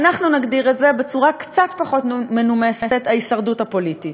אנחנו נגדיר את זה בצורה קצת פחות מנומסת: ההישרדות הפוליטית.